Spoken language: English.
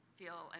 feel